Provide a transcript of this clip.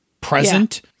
present